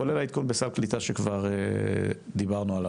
כולל העדכון בסל הקליטה שכבר דיברנו עליו.